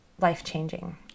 life-changing